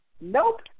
nope